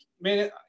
man